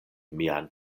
mian